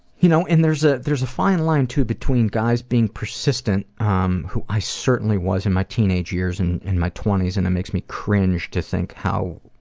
you know and there's ah there's a fine line, too, between guys being persistent um who i certainly was in my teenage years and in my twenty s and it makes me cringe to think how,